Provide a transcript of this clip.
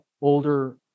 older